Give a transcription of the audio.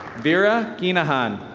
vera cunningham.